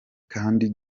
kandi